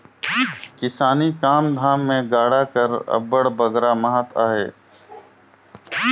किसानी काम धाम मे गाड़ा कर अब्बड़ बगरा महत अहे